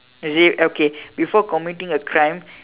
that's it okay before committing a crime